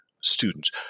students